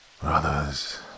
Brothers